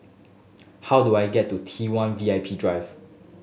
how do I get to T One V I P Drive